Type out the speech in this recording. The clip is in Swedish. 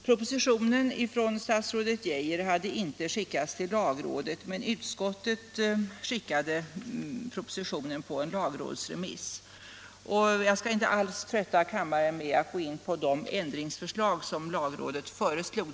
Propositionen från statsrådet Geijer hade inte skickats till lagrådet, men utskottet skickade propositionen på lagrådsremiss. Jag skall inte alls trötta kammaren med att gå in på de ändringar som lagrådet föreslog.